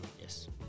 Yes